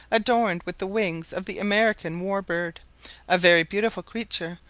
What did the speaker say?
adorned with the wings of the american war-bird a very beautiful creature,